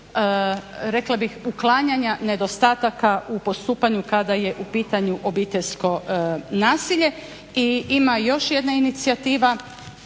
uklanjanja nedostataka u postupanju kada je u pitanju obiteljsko nasilje. I ima još jedna inicijativa.